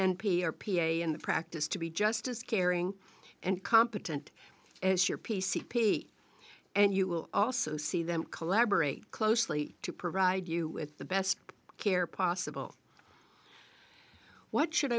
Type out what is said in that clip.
n p r p a in the practice to be just as caring and competent as your p c p and you will also see them collaborate closely to provide you with the best care possible what should